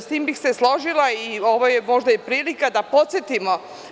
S tim bi se složila i ovo je možda i prilika da podsetimo.